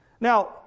Now